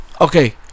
Okay